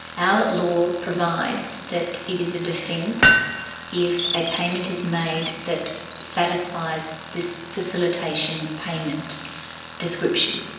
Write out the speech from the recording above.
our law provides that it is a defence if a payment is made that satisfies this facilitation payment description.